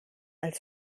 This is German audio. als